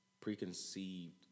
Preconceived